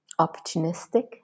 opportunistic